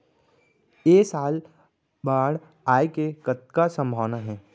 ऐ साल बाढ़ आय के कतका संभावना हे?